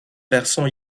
versant